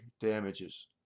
damages